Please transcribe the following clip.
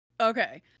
Okay